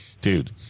Dude